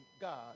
God